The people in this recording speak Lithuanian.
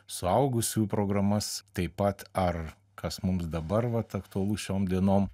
suaugusių programas taip pat ar kas mums dabar vat aktualu šiom dienom